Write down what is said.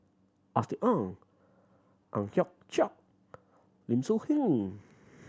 Austen Ong Ang Hiong Chiok Lim Soo Ngee